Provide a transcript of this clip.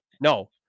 No